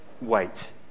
wait